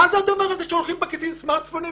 מה זה הדבר הזה שהולכים עם סמרטפונים בכיסים?